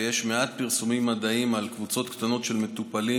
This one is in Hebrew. ויש מעט פרסומים מדעיים על קבוצות קטנות של מטופלים